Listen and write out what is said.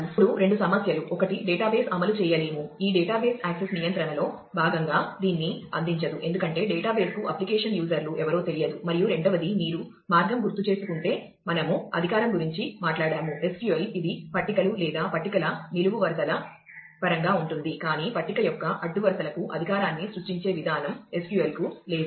ఇప్పుడు రెండు సమస్యలు ఒకటి డేటాబేస్ అమలు చేయలేము ఈ డేటాబేస్ యాక్సెస్ నియంత్రణలో భాగంగా దీన్ని అందించదు ఎందుకంటే డేటాబేస్కు అప్లికేషన్ యూజర్లు ఎవరో తెలియదు మరియు రెండవది మీరు మార్గం గుర్తుచేసుకుంటే మనము అధికారం గురించి మాట్లాడాము SQL ఇది పట్టికలు లేదా పట్టికల నిలువు వరుసల పరంగా ఉంటుంది కాని పట్టిక యొక్క అడ్డు వరుసలకు అధికారాన్ని సృష్టించే విధానం SQL కు లేదు